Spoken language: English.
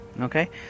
Okay